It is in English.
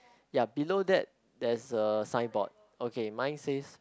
ya below that there's a signboard okay mine says